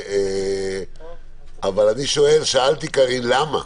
אבל שאלתי, קארין: למה?